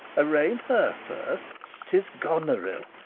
arraign her first tis goneril.